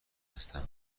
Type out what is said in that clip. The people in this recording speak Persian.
هستم